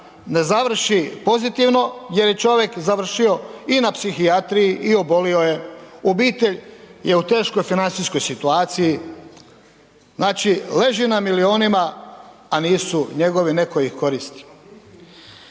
ne završi pozitivno jer je čovjek završio i na psihijatriji i obolio je. Obitelj je u teškoj financijskoj situaciji. Znači leži na milijunima a nisu njegovi, netko ih koristi.